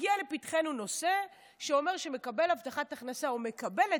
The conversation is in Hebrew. הגיע לפתחנו נושא שאומר שמקבל הבטחת הכנסה או מקבלת,